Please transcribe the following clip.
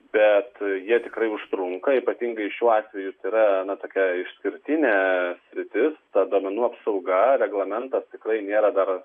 bet jie tikrai užtrunka ypatingai šiuo atveju tai yra tokia išskirtinė sritis ta duomenų apsauga reglamentas tikrai nėra dar